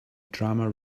drama